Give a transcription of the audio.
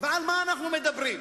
על מה אנחנו מדברים?